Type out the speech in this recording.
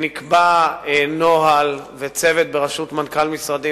נקבעו נוהל וצוות בראשות מנכ"ל משרדי,